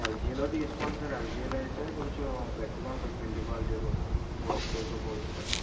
ఎల్జీలో తీసుకోండి సార్ ఎల్జీలో అయితే కొంచెం గట్టిగా ఉంటుంది బిల్డ్ క్వాలిటీ కూడా వర్ల్పూల్తో పోలిస్తే